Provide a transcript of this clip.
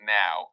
now